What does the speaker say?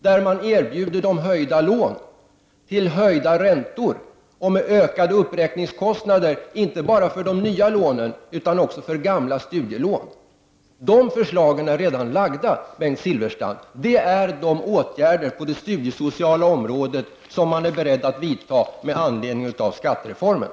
Det erbjuds höjda lån till höjda räntor med ökade uppräkningskostnader inte bara för de nya lånen utan också för gamla studielån. Dessa förslag har redan lagts fram, Bengt Silfverstrand. Detta är de åtgärder på det studiesociala området som man är beredd att vidta med anledning av skattereformen.